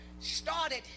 started